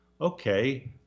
okay